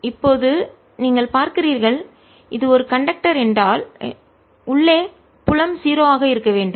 இப்போது நீங்கள் பார்க்கிறீர்கள் இது ஒரு கண்டக்டர் என்றால் உள்ளே புலம் 0 ஆக இருக்க வேண்டும்